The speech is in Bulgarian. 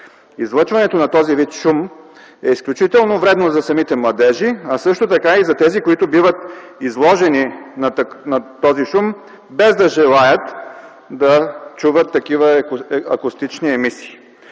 Излъчването на този вид шум е изключително вредно за самите младежи, а също така и за тези, които биват изложени на този шум, без да желаят да чуват такива акустични емисии.